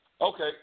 Okay